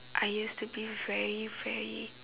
I used to be very very